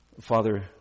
father